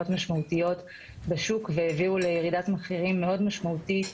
משמעותיות בשוק והביאו לירידת מחירים מאוד משמעותית.